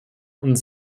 und